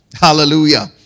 Hallelujah